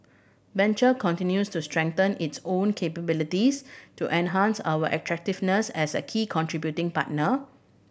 venture continues to strengthen its own capabilities to enhance our attractiveness as a key contributing partner